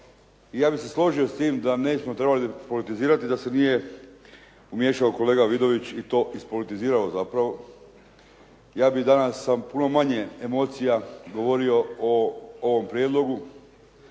Ja bih se složio s tim da ne bismo trebali politizirati da se nije umiješao kolega Vidović i to ispolitizirao zapravo. Ja bih danas sa puno manje emocija govorio o ovom prijedlogu,